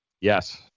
Yes